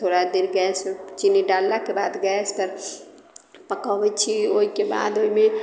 थोड़ा देर गैस पे चीनी डाललाके बाद गैस पर पकबैत छी ओहिके बाद ओहिमे